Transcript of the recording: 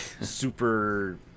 super